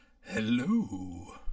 Hello